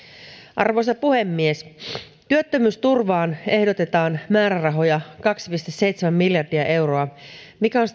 arvoisa puhemies työttömyysturvaan ehdotetaan määrärahoja kaksi pilkku seitsemän miljardia euroa mikä on